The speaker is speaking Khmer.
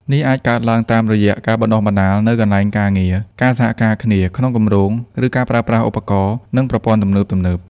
នេះអាចកើតឡើងតាមរយៈ ការបណ្តុះបណ្តាលនៅកន្លែងការងារ ការសហការគ្នាក្នុងគម្រោង ឬការប្រើប្រាស់ឧបករណ៍ និងប្រព័ន្ធទំនើបៗ។